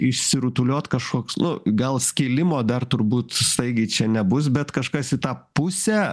išsirutuliot kažkoks nu gal skilimo dar turbūt staigiai čia nebus bet kažkas į tą pusę